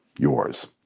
yours!